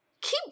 keep